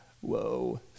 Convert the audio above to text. Whoa